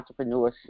entrepreneurship